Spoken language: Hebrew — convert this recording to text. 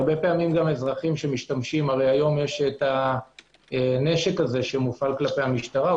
הרבה פעמים היום יש הנשק הזה שמופעל כלפי המשטרה.